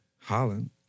Holland